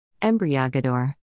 Embriagador